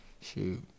Shoot